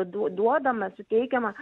duo duodama suteikiama